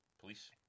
police